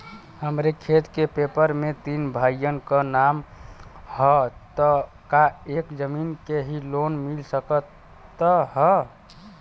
हमरे खेत के पेपर मे तीन भाइयन क नाम ह त का एक जानी के ही लोन मिल सकत ह?